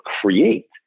create